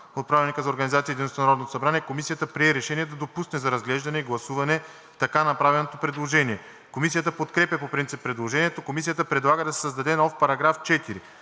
80, ал. 1 от ПОДНС Комисията прие решение да допусне за разглеждане и гласуване така направеното предложение. Комисията подкрепя по принцип предложението. Комисията предлага да се създаде нов § 4: „§ 4.